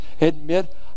Admit